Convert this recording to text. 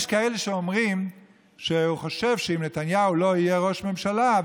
יש כאלה שאומרים שהוא חושב שאם נתניהו לא יהיה ראש ממשלה,